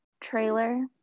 trailer